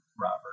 Robert